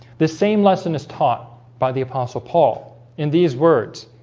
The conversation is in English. the same lesson is taught by the apostle paul in these words.